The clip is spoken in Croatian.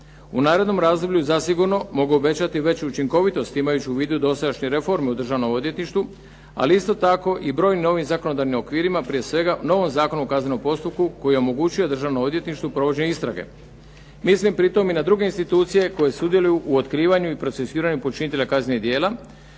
U narednom razdoblju zasigurno mogu obećati veću učinkovitost imajući u vidu dosadašnju reformu u Državnom odvjetništvu, ali isto tako i brojnim novim zakonodavnim okvirima prije svega novom Zakonu o kaznenom postupku koji je omogućio Državnom odvjetništvu provođenje istrage. Mislim pritom i na druge institucije koje sudjeluju u otkrivanju i procesuiranju počinitelja kaznenih djela